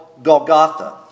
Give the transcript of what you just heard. Golgotha